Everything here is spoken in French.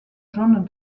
jaune